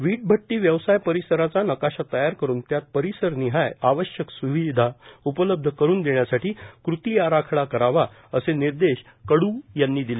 वीटभट्टी व्यवसाय परिसराचा नकाशा तयार करून त्यात परिसरनिहाय आवश्यक स्विधा उपलब्ध करून देण्यासाठी कृती आराखडा करावा असे निर्देश कडू यांनी दिले